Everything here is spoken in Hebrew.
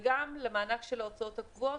וגם למענק של ההוצאות הקבועות,